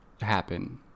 happen